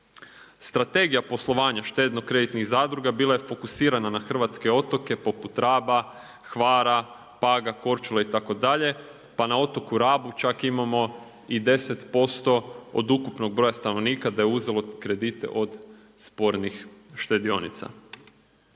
Strategija poslovanja štedno-kreditnih zadruga bila je fokusirana na hrvatske otoke poput Raba, Hvala, Paga, Korčule itd., pa na otoku Rabu čak imamo i 10% od ukupnog broja stanovnika da je uzelo kredite od spornih štedionica.